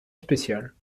spéciale